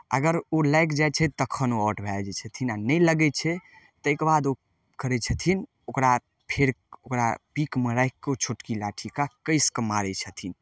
अगर ओ लागि जाइ छै तखन ओ आउट भए जाइ छथिन आ नहि लगय छै ताहिके बाद ओ करय छथिन ओकरा फेर ओकरा पीकमे राखिके ओ छोटकी लाठीके कसिके मारय छथिन